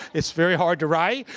it's very hard to write.